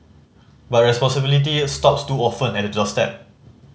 but responsibility stops too often at the doorstep